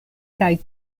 kaj